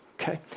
okay